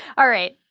all right.